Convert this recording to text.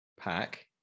pack